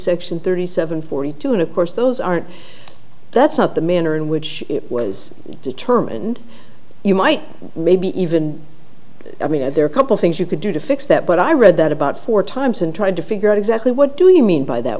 section thirty seven forty two and of course those aren't that's not the manner in which it was determined you might maybe even i mean there are a couple things you could do to fix that but i read that about four times and trying to figure out exactly what do you mean by that